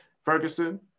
Ferguson